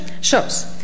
shows